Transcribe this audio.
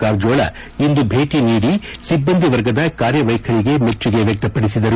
ಕಾರಜೋಳ ಇಂದು ಭೇಟ ನೀಡಿ ಸಿಬ್ಬಂದಿ ವರ್ಗದ ಕಾರ್ಯವ್ಯೆಖರಿಗೆ ಮೆಚ್ಚುಗೆ ವ್ಯಕ್ತಪಡಿಸಿದರು